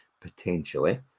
potentially